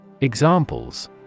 Examples